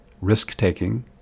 risk-taking